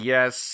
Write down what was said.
Yes